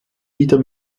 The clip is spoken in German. wieder